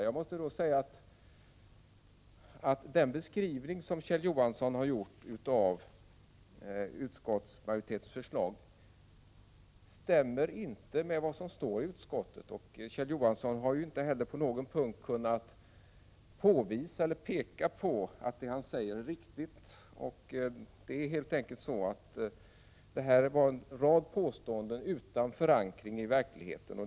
Jag måste säga: Den beskrivning som Kjell Johansson har gjort av utskottsmajoritetens förslag stämmer inte med vad som står i utskottsbetänkandet. Kjell Johansson har inte heller på någon punkt kunnat peka på att det han säger är riktigt. Det är helt enkelt en rad påståenden utan förankring i verkligheten.